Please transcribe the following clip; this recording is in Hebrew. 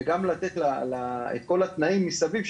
וגם לתת את כל התנאים מסביב,